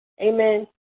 Amen